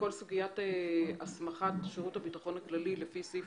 לכל סוגיית הסמכת שירות הביטחון הכללי לפי סעיף